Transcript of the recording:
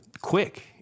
quick